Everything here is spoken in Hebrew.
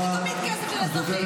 זה תמיד כסף של אזרחים, תודה רבה.